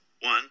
One